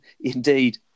Indeed